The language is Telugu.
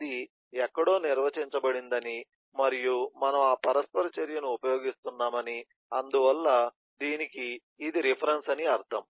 అది ఎక్కడో నిర్వచించబడిందని మరియు మనము ఆ పరస్పర చర్యను ఉపయోగిస్తున్నామని అందువల్ల దీనికి ఇది రిఫరెన్స్ అని అర్థం